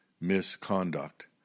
misconduct